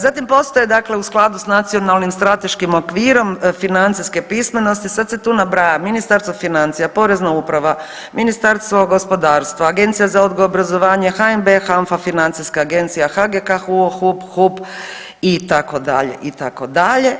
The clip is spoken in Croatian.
Zatim postoje dakle u skladu s Nacionalnim strateškim okvirom financijske pismenosti, sad se tu nabraja, Ministarstvo financija, Porezna uprava, Ministarstvo gospodarstva, Agencija za odgoj i obrazovanje, HNB, HANFA, FINA, HGK, HUO, HUP, HUUP, itd., itd.